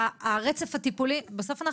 בסוף אנחנו רואים את הרצף הטיפולי בפועל.